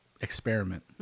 experiment